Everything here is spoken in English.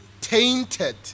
tainted